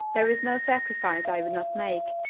there is no sacrifice i would not make,